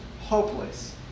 hopeless